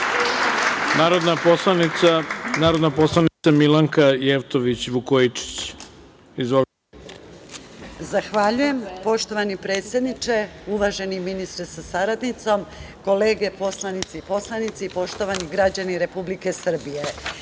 **Milanka Jevtović Vukojičić** Zahvaljujem. Poštovani predsedniče, uvaženi ministre sa saradnicom, kolege poslanici i poslanice, poštovani građani Republike Srbije,